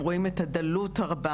הם רואים את הדלות הרבה.